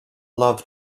love